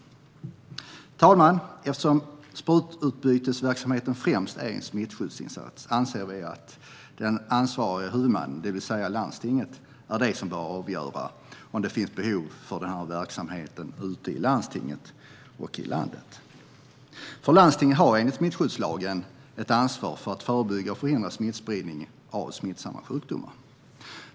Herr talman! Eftersom sprututbytesverksamheten främst är en smittskyddsinsats anser vi att den ansvariga huvudmannen, det vill säga landstinget, är den som bör avgöra om det finns behov av verksamheten i landstinget och i landet. Landstingen har enligt smittskyddslagen ett ansvar att förebygga och förhindra spridning av smittsamma sjukdomar.